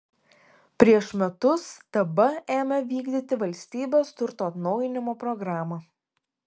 prieš metus tb ėmė vykdyti valstybės turto atnaujinimo programą